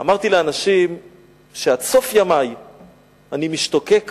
אמרתי לאנשים שעד סוף ימי אני משתוקק